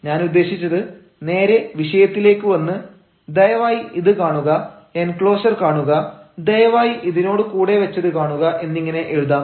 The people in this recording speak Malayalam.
ഞാൻ ഉദ്ദേശിച്ചത് നേരെ വിഷയത്തിലേക്ക് വന്ന് ദയവായി ഇത് കാണുക എൻക്ലോഷർ കാണുക ദയവായി ഇതിനോട് കൂടെ വെച്ചത് കാണുക എന്നിങ്ങനെ എഴുതാം